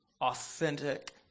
authentic